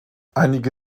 einige